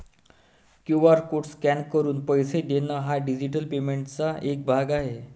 QR code scan करून पैसे देणे हा डिजिटल पेमेंटचा एक भाग आहे